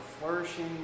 flourishing